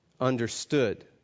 understood